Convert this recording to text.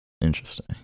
Interesting